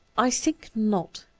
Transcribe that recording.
i think not,